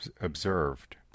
observed